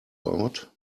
out